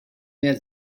mehr